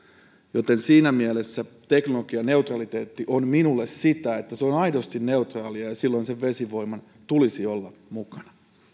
joten siinä mielessä kun teknologianeutraliteetti on minulle sitä että se on aidosti neutraali sen vesivoiman tulisi olla mukana